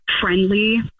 friendly